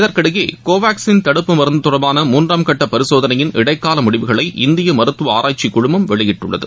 இதற்கிடையே கோவாக்சின் தடுப்பு மருந்து தொடர்பாள மூன்றாம் கட்ட பரிசோதனையின் இடைக்கால முடிவுகளை இந்திய மருத்துவ ஆராய்ச்சிக்குழுமம் வெளியிட்டுள்ளது